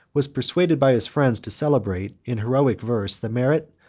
was persuaded by his friends to celebrate, in heroic verse, the merit,